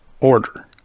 order